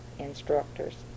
instructors